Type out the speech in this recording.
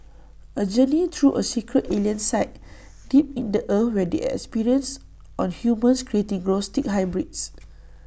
A journey through A secret alien site deep in the earth where they experience on humans creating grotesque hybrids